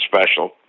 special